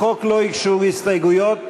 לחוק לא הוגשו הסתייגויות,